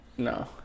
No